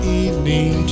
evening